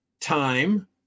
time